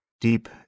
deep